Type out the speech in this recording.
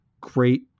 great